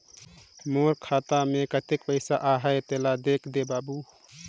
मोर खाता मे कतेक पइसा आहाय तेला देख दे बाबु?